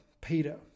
Peter